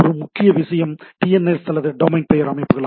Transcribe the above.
ஒரு முக்கிய விஷயம் டிஎன்எஸ் அல்லது டொமைன் பெயர் அமைப்புகள்